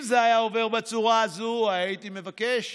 אם זה היה עובר בצורה הזאת הייתי מבקש